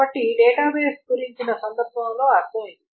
కాబట్టి డేటాబేస్ గురించిన సందర్భంలో అర్ధం ఇది